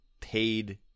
paid